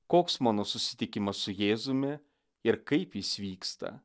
koks mano susitikimas su jėzumi ir kaip jis vyksta